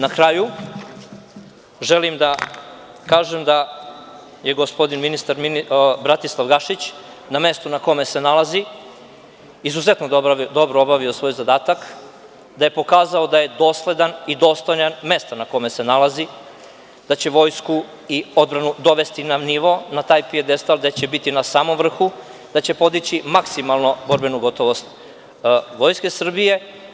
Na kraju, želim da kažem da je gospodin ministar Bratislav Gašić, na mestu na kome se nalazi, izuzetno dobro obavio svoj zadatak, da je pokazao da je dosledan i dostojan mesta na kome se nalazi, da će vojsku i odbranu dovesti na nivo, na taj pijadestal gde će biti na samom vrhu, da će podići maksimalnu borbenu gotovost Vojske Srbije.